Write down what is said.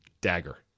Dagger